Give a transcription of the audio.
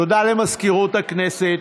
תודה למזכירות הכנסת,